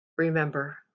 Remember